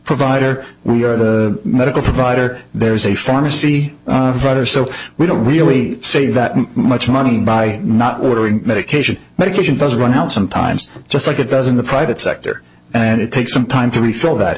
provider we are the medical provider there is a pharmacy writer so we don't really save that much money by not watering medication medication doesn't run out sometimes just like it doesn't the private sector and it takes some time to refill that